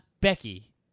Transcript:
Becky